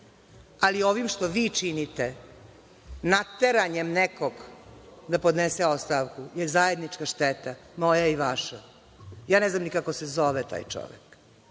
Ali, ovim što vi činite, nateranjem nekog da podnese ostavku je zajednička šteta moja i vaša. Ja ne znam ni kako se zove taj čovek.